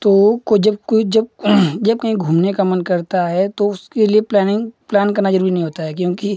तो को जब कोई जब जब कहीं घूमने का मन करता है तो उसके लिए प्लैनिंग प्लैन करना जरूरी नही होता है क्योंकि